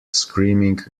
screaming